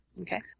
Okay